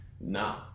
No